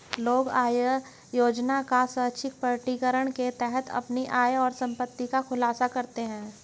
लोग आय योजना का स्वैच्छिक प्रकटीकरण के तहत अपनी आय और संपत्ति का खुलासा करते है